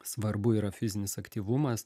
svarbu yra fizinis aktyvumas